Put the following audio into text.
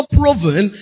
proven